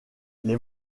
les